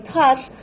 touch